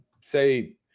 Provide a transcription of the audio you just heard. say